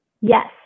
Yes